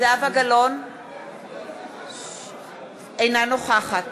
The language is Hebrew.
אינה נוכחת